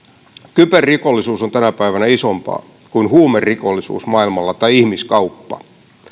kyberrikollisuus on tänä päivänä isompaa kuin huumerikollisuus maailmalla tai ihmiskauppa